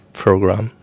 program